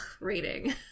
reading